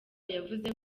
yavuze